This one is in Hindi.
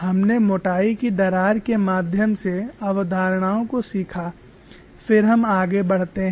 हमने मोटाई की दरार के माध्यम से अवधारणाओं को सीखा फिर हम आगे बढ़ते हैं